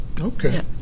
Okay